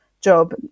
job